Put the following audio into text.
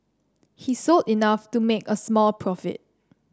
he sold enough to make a small profit